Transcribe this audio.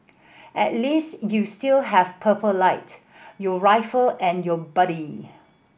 at least you still have Purple Light your rifle and your buddy